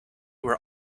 were